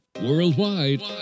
Worldwide